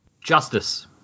Justice